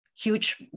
huge